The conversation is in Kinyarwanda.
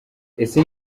ese